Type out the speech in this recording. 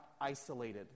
isolated